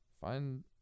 find